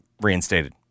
reinstated